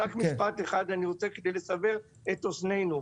רק משפט אחד אני רוצה כדי לסבר את אוזנינו.